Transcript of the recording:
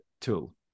tool